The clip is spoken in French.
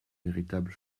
véritable